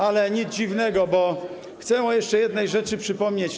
Ale nic dziwnego, bo chcę jeszcze o jednej rzeczy przypomnieć.